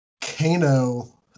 Kano